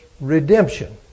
redemption